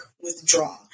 withdraw